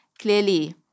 clearly